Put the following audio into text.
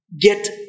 Get